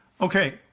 Okay